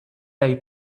day